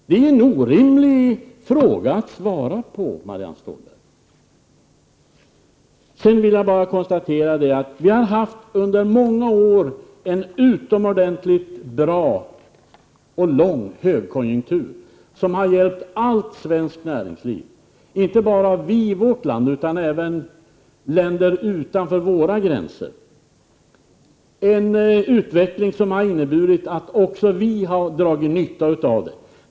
Det är en orimlig fråga att svara på, Marianne Stålberg. Jag vill bara konstatera att vi under många år har haft en utomordentligt lång högkonjunktur, som har hjälpt allt svenskt näringsliv, och inte bara vårt lands näringsliv utan även näringslivet utanför våra gränser. Det har varit en utveckling som också vi har dragit nytta av.